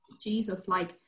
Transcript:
Jesus-like